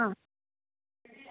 आं